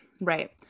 right